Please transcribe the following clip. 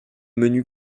menu